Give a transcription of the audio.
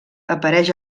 apareix